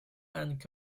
and